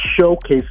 showcase